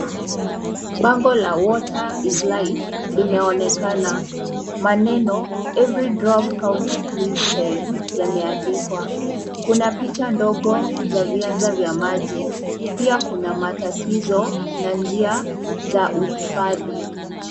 Bango la water is life , limeonekana. Maneno every drop counts please save , yameandikwa. Kuna picha ndogo za vianza vya maji. Pia kuna matatizo na njia za uhifadhi.